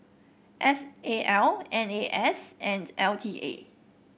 S A L N A S and L T A